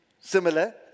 similar